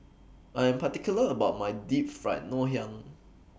I Am particular about My Deep Fried Ngoh Hiang